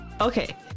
Okay